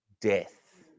death